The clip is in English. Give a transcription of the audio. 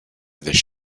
this